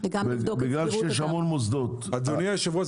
בגלל שיש המון מוסדות --- אדוני היושב-ראש,